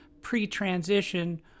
pre-transition